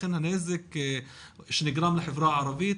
לכן הנזק שנגרם לחברה הערבית,